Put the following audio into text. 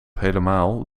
helemaal